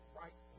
right